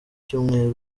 cyumweru